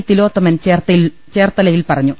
തിലോത്തമൻ ചേർത്തലയിൽ പറഞ്ഞു